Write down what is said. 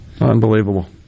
Unbelievable